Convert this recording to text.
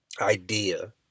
idea